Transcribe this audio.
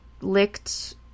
licked